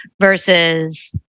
versus